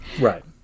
Right